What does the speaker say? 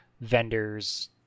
vendors